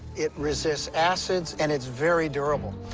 it resists acids, and it's very durable.